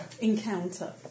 encounter